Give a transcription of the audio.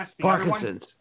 Parkinson's